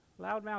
loudmouth